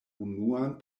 unuan